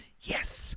Yes